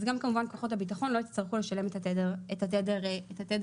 אז גם כמובן כוחות הביטחון לא יצטרכו לשלם את התדר המדובר,